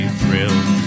thrilled